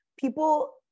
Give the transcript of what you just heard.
People